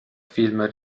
film